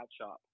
shop